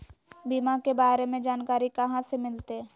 बीमा के बारे में जानकारी कहा से मिलते?